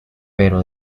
pero